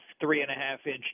three-and-a-half-inch